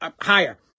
higher